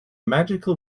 magical